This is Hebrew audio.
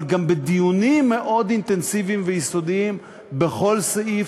אבל גם בדיונים מאוד אינטנסיביים ויסודיים בכל סעיף,